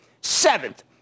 Seventh